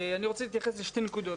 אני רוצה להתייחס לשתי נקודות.